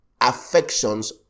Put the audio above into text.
affections